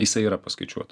jisai yra paskaičiuotas